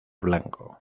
blanco